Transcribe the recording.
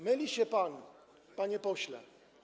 Myli się pan, panie pośle.